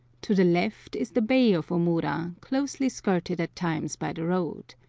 to the left is the bay of omura, closely skirted at times by the road.